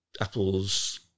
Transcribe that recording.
apples